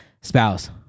spouse